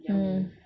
hmm